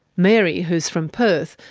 mary, who's from perth,